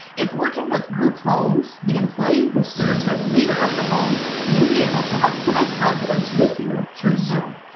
if working with group homes, the employee who serves as leader of the home maybe be able to help connect residents with you through zoom.